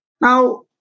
Now